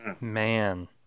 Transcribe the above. man